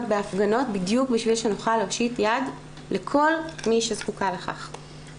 בהפגנות בדיוק כדי שנוכל להושיט יד לכל מי שזקוקה לכך.